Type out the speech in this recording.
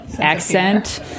accent